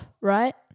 right